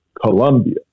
Colombia